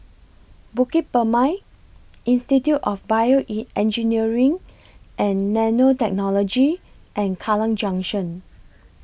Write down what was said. Bukit Purmei Institute of Bioengineering and Nanotechnology and Kallang Junction